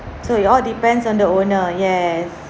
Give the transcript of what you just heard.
so it all depends on the owner yes